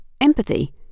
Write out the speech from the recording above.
empathy